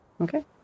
okay